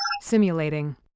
Simulating